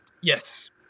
Yes